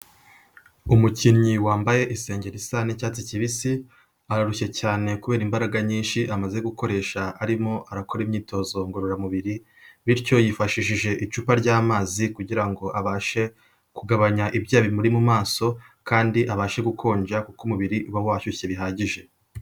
Umukinnyi wambaye isengeri isa n'icyatsi kibisi, ararushye cyane kubera imbaraga nyinshi amaze gukoresha arimo arakora imyitozo ngororamubiri, bityo yifashishije icupa ry'amazi kugira ngo abashe kugabanya ibyuya bimuri mu maso kandi abashe gukonja kuko umubiri uba washyushye bihagije.